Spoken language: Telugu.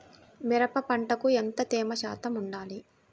మిరప పంటకు ఎంత తేమ శాతం వుండాలి?